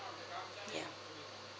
yeah